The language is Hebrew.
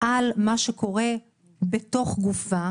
על מה שקורה בתוך גופה,